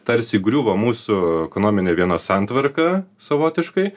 tarsi griuvo mūsų ekonominė viena santvarka savotiškai